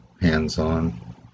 hands-on